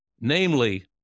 Namely